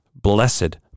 Blessed